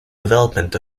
development